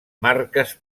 marques